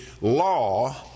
law